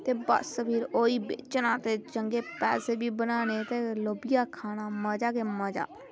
ते बस भी ओही बेचना ते चंगे पैसे बी बनाने ते लोबियै खाना मज़ा गै मज़ा